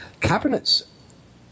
Cabinets